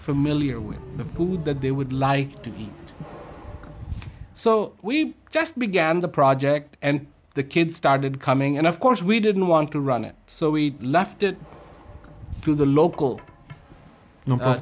familiar with the food that they would like to eat so we just began the project and the kids started coming and of course we didn't want to run it so we left it to the local